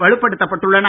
வலுப்படுத்தப்பட்டுள்ளன